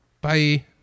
Bye